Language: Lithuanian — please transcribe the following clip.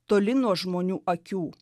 toli nuo žmonių akių